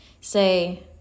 say